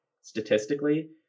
statistically